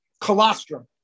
colostrum